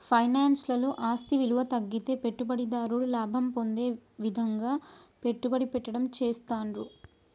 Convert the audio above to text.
finance లలో ఆస్తి విలువ తగ్గితే పెట్టుబడిదారుడు లాభం పొందే విధంగా పెట్టుబడి పెట్టడం చేస్తాండ్రు